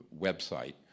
website